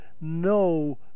no